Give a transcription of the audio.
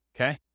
okay